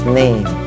name